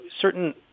certain